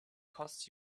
costs